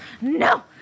No